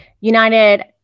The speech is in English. United